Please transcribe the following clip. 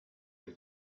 del